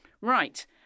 Right